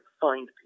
find